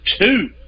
two